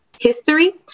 history